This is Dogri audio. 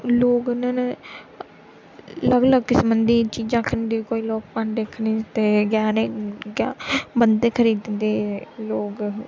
लोग न अलग अलग किस्म दियां चीज़ां खंदे कोई लोग भांडे खरीद दे गैह्नें जां बंद्धे खरीद दे लोग